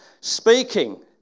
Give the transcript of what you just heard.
speaking